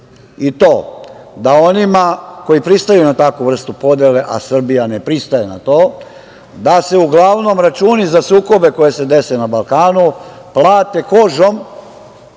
i to da onima koji pristaju na takvu vrstu podele, a Srbija ne pristaje na to, da se uglavnom računi za sukobe koji se dese na Balkanu plate kožom,